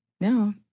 No